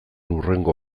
hurrengo